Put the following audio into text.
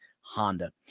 Honda